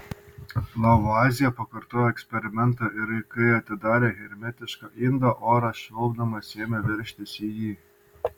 lavuazjė pakartojo eksperimentą ir kai atidarė hermetišką indą oras švilpdamas ėmė veržtis į jį